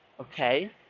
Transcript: okay